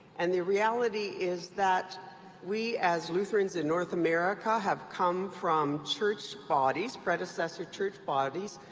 and the reality is that we, as lutherans in north america, have come from church bodies, predecessor church bodies,